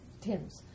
tins